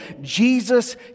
Jesus